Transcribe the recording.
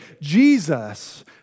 Jesus